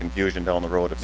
confusion down the road